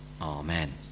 amen